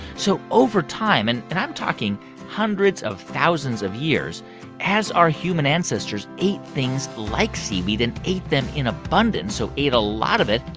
so over time and and i'm talking hundreds of thousands of years as our human ancestors ate things like seaweed and ate them in abundance, so ate a lot of it,